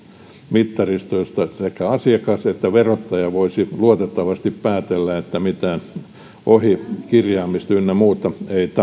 mittaristo josta sekä asiakas että verottaja voisivat luotettavasti päätellä että mitään ohikirjaamista ynnä muuta ei